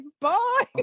bye